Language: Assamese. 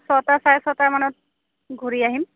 ছটা চাৰে ছটামানত ঘূৰি আহিম